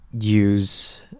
use